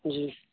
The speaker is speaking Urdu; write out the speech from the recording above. جی